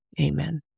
Amen